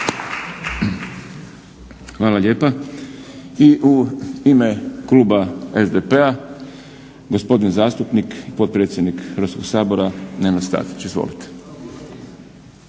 Hvala lijepa. I u ime kluba SDP-a gospodin zastupnik, potpredsjednik Hrvatskog sabora Nenad Stazić. Izvolite.